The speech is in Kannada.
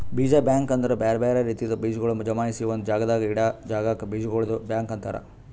ಬೀಜ ಬ್ಯಾಂಕ್ ಅಂದುರ್ ಬ್ಯಾರೆ ಬ್ಯಾರೆ ರೀತಿದ್ ಬೀಜಗೊಳ್ ಜಮಾಯಿಸಿ ಒಂದು ಜಾಗದಾಗ್ ಇಡಾ ಜಾಗಕ್ ಬೀಜಗೊಳ್ದು ಬ್ಯಾಂಕ್ ಅಂತರ್